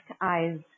eyes